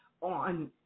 on